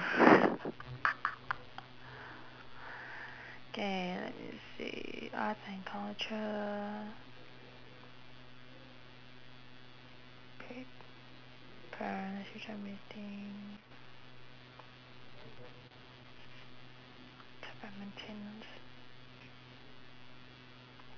K let me see arts and culture maintenance